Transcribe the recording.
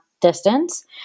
distance